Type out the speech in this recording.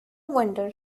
wonder